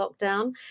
lockdown